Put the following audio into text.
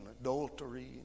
adultery